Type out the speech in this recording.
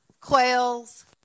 quails